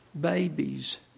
babies